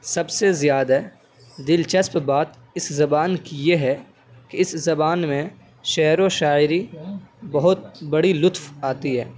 سب سے زیادہ دلچسپ بات اس زبان کی یہ ہے کہ اس زبان میں شعر و شاعری بہت بڑی لطف آتی ہے